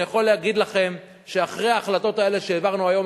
אני יכול להגיד לכם שאחרי ההחלטות האלה שהעברנו היום,